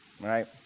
right